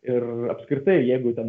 ir apskritai jeigu ten